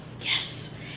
Yes